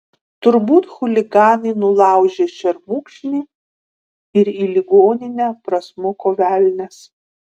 turbūt chuliganai nulaužė šermukšnį ir į ligoninę prasmuko velnias